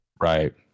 Right